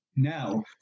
now